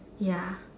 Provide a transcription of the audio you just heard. ya